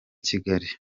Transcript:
kigali